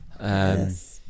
Yes